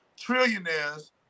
trillionaires